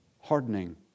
hardening